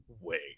wait